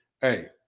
Hey